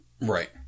Right